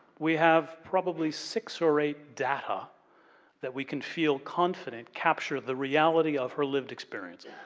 we have probably six or eight data that we can feel confident capture the reality of her lived experiences.